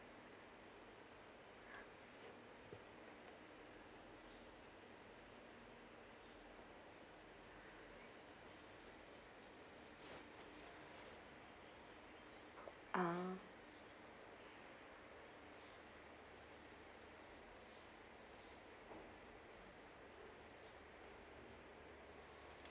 ah